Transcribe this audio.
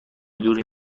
دور